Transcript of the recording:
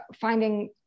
finding